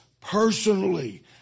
personally